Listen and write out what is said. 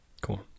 Cool